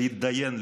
להתדיין,